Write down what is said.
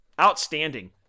outstanding